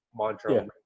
mantra